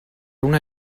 una